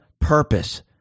purpose